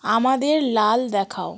আমাদের লাল দেখাও